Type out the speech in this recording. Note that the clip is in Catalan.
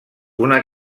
una